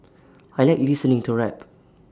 I Like listening to rap